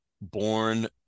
born